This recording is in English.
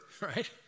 right